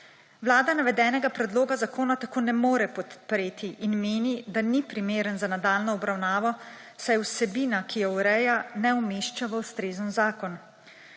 Vlada navedenega predloga zakona tako ne more podpreti in meni, da ni primeren za nadaljnjo obravnavo, saj se vsebina, ki jo ureja, ne umešča v ustrezen zakon.